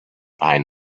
behind